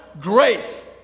Grace